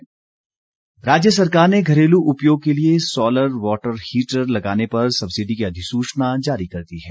हिमउर्जा राज्य सरकार ने घरेलु उपयोग के लिए सौलर वॉटर हीटर लगाने पर सब्सिडी की अधिसूचना जारी कर दी है